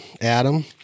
Adam